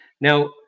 Now